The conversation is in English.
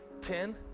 ten